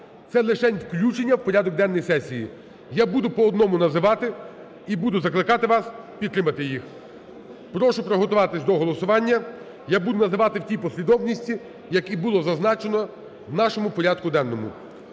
Це лишень включення в порядок денний сесії. Я буду по одному називати і буду закликати вас підтримати їх. Прошу приготуватись до голосування. Я буду називати в тій послідовності, як і було зазначено в нашому порядку денному.